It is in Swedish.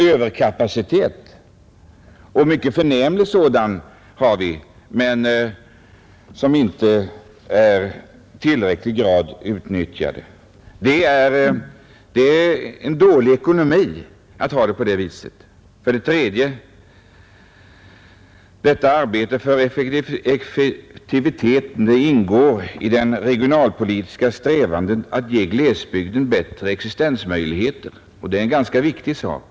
Standarden där är mycket förnämlig, men kapaciteten är inte utnyttjad i tillräcklig grad. Det är dålig ekonomi att ha det på det sättet. För det tredje ingår det i våra regionalpolitiska strävanden att ge glesbygderna bättre existensmöjligheter. Det är en mycket viktig sak.